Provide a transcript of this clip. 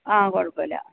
ആ കുഴപ്പമില്ല